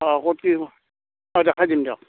অঁ ক'ত কি হয় দেখুৱাই দিম দিয়ক